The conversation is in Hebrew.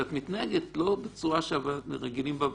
אלא שאת מתנהגת בצורה שלא רגילים אליה בוועדה.